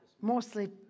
Mostly